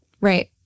Right